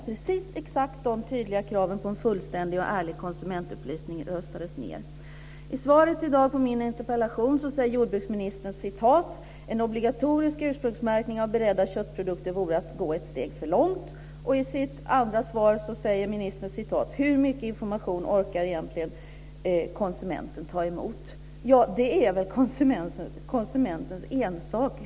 Precis exakt de tydliga kraven på en fullständig och ärlig konsumentupplysning röstades ned. I svaret på min interpellation i dag säger jordbruksministern: "En obligatorisk ursprungsmärkning av beredda köttprodukter vore att gå ett steg för långt." I sitt andra svar säger ministern: "Hur mycket information orkar konsumenten ta emot?" Det är väl konsumentens ensak.